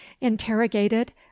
interrogated